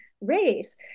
race